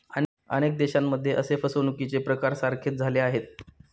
अनेक देशांमध्ये असे फसवणुकीचे प्रकार सारखेच झाले आहेत